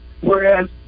Whereas